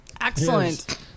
Excellent